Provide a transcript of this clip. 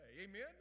amen